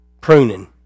Pruning